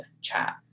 chat